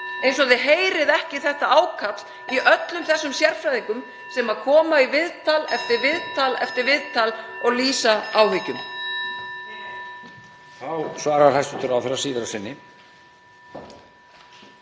eins og þið heyrið ekki þetta ákall í öllum þessum sérfræðingum sem koma í viðtal eftir viðtal og lýsa áhyggjum?